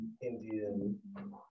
Indian